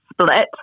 split